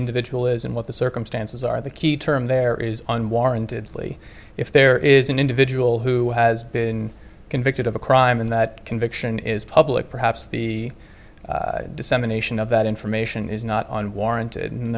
individual is and what the circumstances are the key term there is unwarranted plea if there is an individual who has been convicted of a crime and that conviction is public perhaps the dissemination of that information is not on warrant and